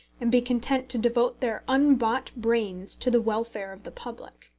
and be content to devote their unbought brains to the welfare of the public.